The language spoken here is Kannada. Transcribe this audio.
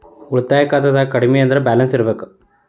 ಉಳಿತಾಯ ಖಾತೆದಾಗ ಕಡಮಿ ಅಂದ್ರ ಬ್ಯಾಲೆನ್ಸ್ ಇರ್ಬೆಕ್